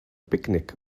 picnic